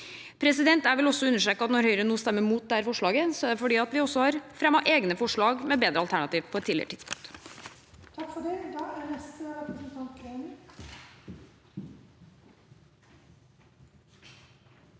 formålet. Jeg vil også understreke at når Høyre nå stemmer mot dette forslaget, er det fordi vi også har fremmet egne forslag med bedre alternativ på et tidligere tidspunkt.